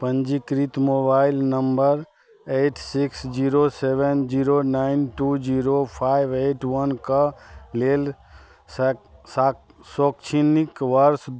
पञ्जीकृत mobile number eight six zero seven zero nine two zero five eight वनके लेल शै साक शैक्षणिक वर्ष